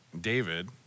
David